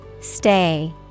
Stay